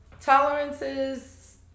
Tolerances